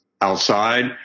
outside